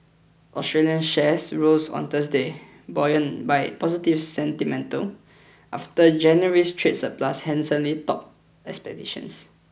Australian shares rose on Thursday buoyed by positive sentiment after January's trade surplus handsomely topped expectations